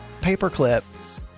paperclip